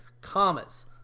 Commas